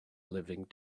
living